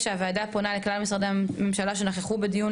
9. הוועדה פונה לכלל משרדי הממשלה שנכחו בדיון,